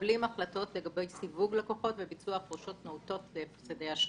מקבלים החלטות לגבי סיווג לקוחות וביצוע הפרשות נאותות והפסדי אשראי.